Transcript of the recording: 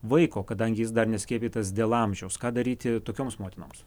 vaiko kadangi jis dar neskiepytas dėl amžiaus ką daryti tokioms motinoms